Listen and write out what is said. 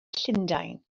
llundain